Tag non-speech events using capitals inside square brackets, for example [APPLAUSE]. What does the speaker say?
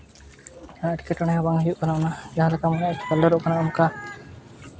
ᱟᱨ ᱮᱸᱴᱠᱮᱴᱚᱬᱮ ᱦᱚᱸ ᱵᱟᱝ ᱦᱩᱭᱩᱜ ᱠᱟᱱᱟ ᱚᱱᱟ ᱡᱟᱦᱟᱸ ᱞᱮᱠᱟ [UNINTELLIGIBLE] ᱠᱟᱞᱟᱨᱚᱜ ᱠᱟᱱᱟ ᱚᱱᱠᱟ